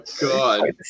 God